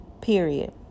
period